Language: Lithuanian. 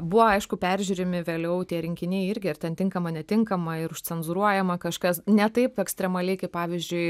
buvo aišku peržiūrimi vėliau tie rinkiniai irgi ar ten tinkama netinkama ir užcenzūruojama kažkas ne taip ekstremaliai kaip pavyzdžiui